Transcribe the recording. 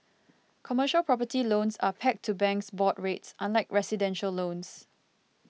commercial property loans are pegged to banks' board rates unlike residential loans